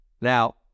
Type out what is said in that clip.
Now